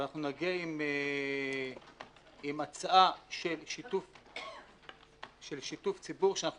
ואנחנו נגיע עם הצעה של שיתוף ציבור, שאנחנו